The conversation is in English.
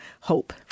hope